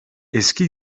eski